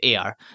AR